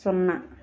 సున్నా